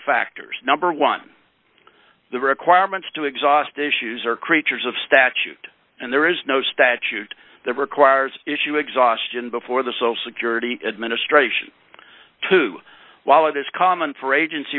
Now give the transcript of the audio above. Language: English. factors number one the requirements to exhaust issues are creatures of statute and there is no statute that requires issue exhaustion before the social security administration two while it is common for agency